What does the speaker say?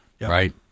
Right